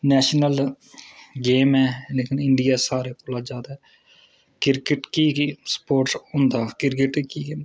national game ऐ लेकिन India सारे कोला जादा क्रिकेट गी गै स्पोर्टस होंदा क्रिकेट गी गै